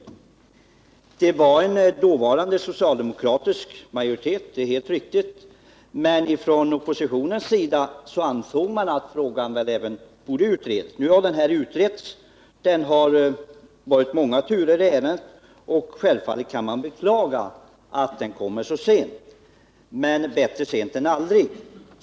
Det är helt riktigt att det vid detta tillfälle fanns en socialdemokratisk majoritet, men från oppositionens sida ansåg man att frågan borde utredas, vilket nu har skett. Det har varit många turer i ärendet, och självfallet kan man beklaga att utredningens förslag kommer så sent. Men bättre sent än aldrig.